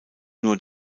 nur